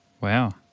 Wow